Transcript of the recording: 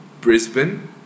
Brisbane